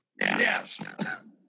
Yes